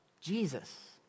Jesus